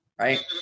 Right